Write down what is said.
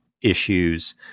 issues